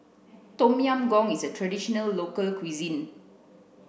Tom Yam Goong is a traditional local cuisine